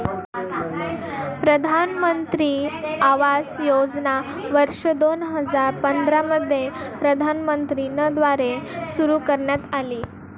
प्रधानमंत्री आवास योजना वर्ष दोन हजार पंधरा मध्ये प्रधानमंत्री न द्वारे सुरू करण्यात आली